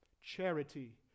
charity